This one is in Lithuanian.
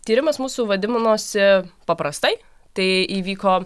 tyrimas mūsų vadimnosi paprastai tai įvyko